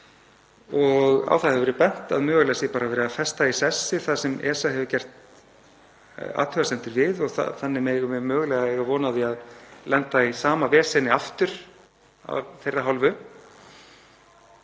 og á það hefur verið bent að mögulega sé verið að festa í sessi það sem ESA hefur gert athugasemdir við. Því megum við mögulega eiga von á því að lenda í sama veseni aftur af þeirra hálfu.